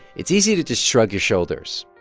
it's easy to just shrug your shoulders.